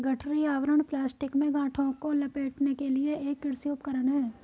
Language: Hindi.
गठरी आवरण प्लास्टिक में गांठों को लपेटने के लिए एक कृषि उपकरण है